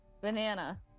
Banana